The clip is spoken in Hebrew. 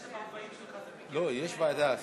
לא, יש ועדה.